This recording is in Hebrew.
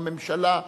בממשלה,